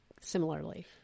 similarly